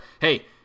hey